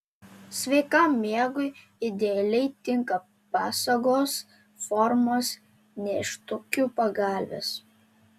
sveikam miegui idealiai tinka pasagos formos nėštukių pagalvės